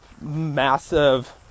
massive